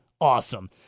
Awesome